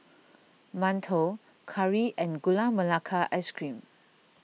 Mantou Curry and Gula Melaka Ice Cream